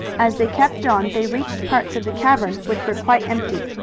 as they kept on they reached parts of the cavern which were quite empty.